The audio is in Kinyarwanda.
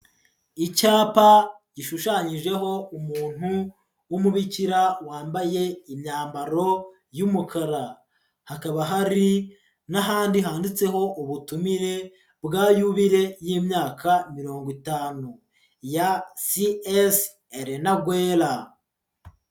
Icyapa gishushanyijeho umuntu w'umubikira wambaye imyambaro y'umukara, hakaba hari n'ahandi handitseho ubutumire bwa yubile y'imyaka mirongo itanu, ya C.S.ELENA GUERRA.